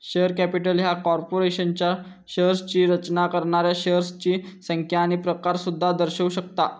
share capital ह्या कॉर्पोरेशनच्या शेअर्सची रचना करणाऱ्या शेअर्सची संख्या आणि प्रकार सुद्धा दर्शवू शकता